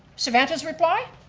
savanta's reply,